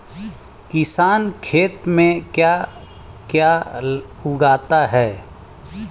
किसान खेत में क्या क्या उगाता है?